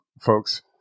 folks